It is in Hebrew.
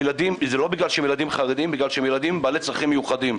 זה לא בגלל שהם ילדים חרדים אלא בגלל שהם ילדים בעלי צרכים מיוחדים.